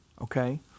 okay